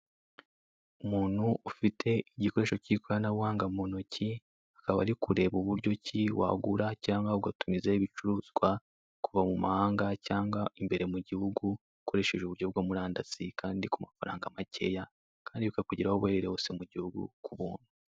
Umuntu ufite igikoresho cy'ikoranabuhanga mu ntoki, akaba ari kureba uburyo ki wagura cyangwa ugatumizaho ibicuruzwa kuva mu mahanga cyangwa imbere mu gihugu ukoresheje uburyo bwa murandasi, kandi ku mafaranga makeya, kandi bikakugeraho aho uherereye hose mu gihugu ku buntu.